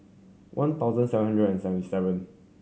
one thousand seven hundred and seventy seven